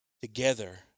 together